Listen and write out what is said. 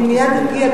אני מייד אגיע,